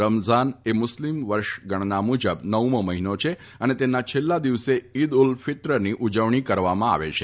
રમઝાન એ મુસ્લીમ વર્ષ ગણના મુજબ નવમો મહીનો છે અને તેના છેલ્લા દિવસે ઇદ ઉલ ફીત્રની ઉજવણી કરવામાં આવે છે